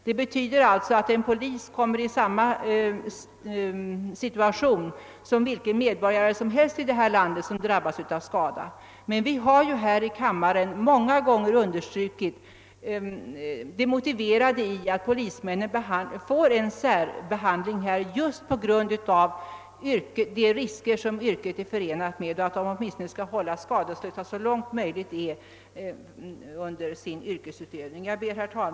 Det betyder alltså att en polis kommer i samma situation som vilken medborgare som helst i landet som drabbas av skada. Men vi har här i riksdagen många gånger understrukit det motiverade i att polismännen får en särbehandling just på grund av de risker som yrket är förenat med och att de åtminstone bör hållas skadeslösa så långt det är möjligt under sin yrkesutövning. Herr talman!